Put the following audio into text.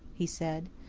he said.